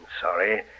sorry